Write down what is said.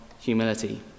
humility